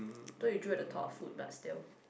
though you drool at the thought of food but still